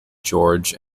george